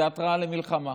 זו התרעה על מלחמה,